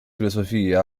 filosofia